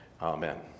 Amen